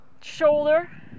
shoulder